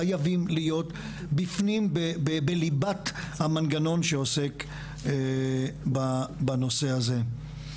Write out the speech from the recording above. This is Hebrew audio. חייבים להיות בפנים בליבת המנגנון שעוסק בנושא הזה.